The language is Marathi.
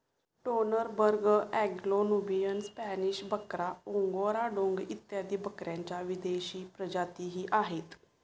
टोनरबर्ग, अँग्लो नुबियन, स्पॅनिश बकरा, ओंगोरा डोंग इत्यादी बकऱ्यांच्या विदेशी प्रजातीही आहेत